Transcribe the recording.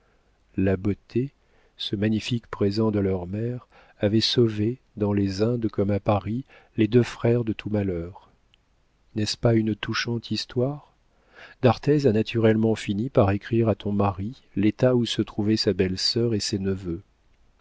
la beauté ce magnifique présent de leur mère avait sauvé dans les indes comme à paris les deux frères de tout malheur n'est-ce pas une touchante histoire d'arthez a naturellement fini par écrire à ton mari l'état où se trouvaient sa belle-sœur et ses neveux